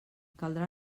caldrà